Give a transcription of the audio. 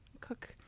cook